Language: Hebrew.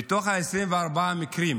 מתוך 24 המקרים